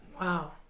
Wow